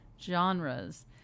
genres